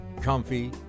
comfy